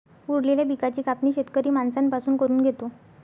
उरलेल्या पिकाची कापणी शेतकरी माणसां पासून करून घेतो